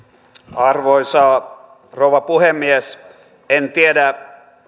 arvoisa rouva puhemies en tiedä